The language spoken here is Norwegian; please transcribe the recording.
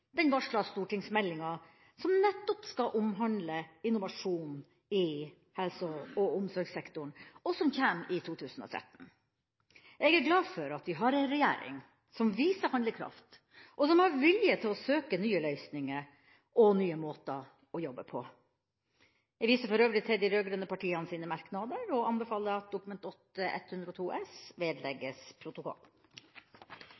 den varslede stortingsmeldinga som nettopp skal omhandle innovasjon i helse- og omsorgssektoren, og som kommer i 2013. Jeg er glad for at vi har en regjering som viser handlekraft, og som har vilje til å søke nye løsninger og nye måter å jobbe på. Jeg viser for øvrig til de rød-grønne partienes merknader og anbefaler at Dokument 8:102 S